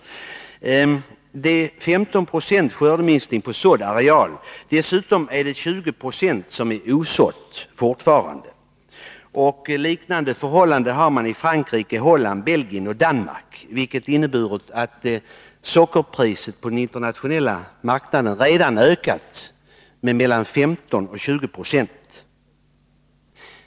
Det blir alltså 15 26 skördeminskning. Dessutom är 20 0 fortfarande osått. Liknande förhållanden är det i Frankrike, Holland, Belgien och Danmark, vilket inneburit att sockerpriserna på den internationella marknaden redan stigit med mellan 15 och 20 96.